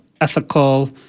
ethical